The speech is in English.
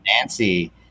Nancy